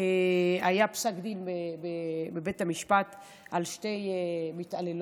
היה פסק דין בבית המשפט על שתי מתעללות,